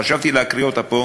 חשבתי להקריא אותה פה,